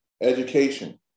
education